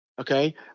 Okay